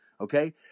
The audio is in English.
okay